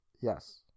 Yes